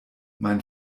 mein